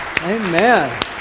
Amen